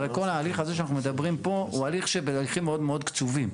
הרי כל ההליך הזה שאנחנו מדברים פה הוא הליך שבזמנים מאוד מאוד קצובים.